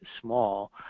small